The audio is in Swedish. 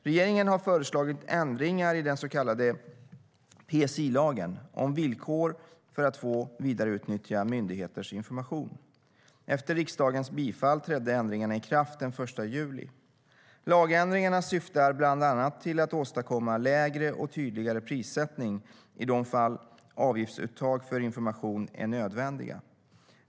Regeringen har föreslagit ändringar i den så kallade PSI-lagen, om villkor för att få vidareutnyttja myndigheters information. Efter riksdagens bifall trädde ändringarna i kraft den 1 juli. Lagändringarna syftar bland annat till att åstadkomma lägre och tydligare prissättning i de fall avgiftsuttag för information är nödvändiga.